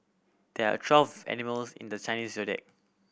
there are twelve animals in the Chinese Zodiac